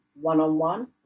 one-on-one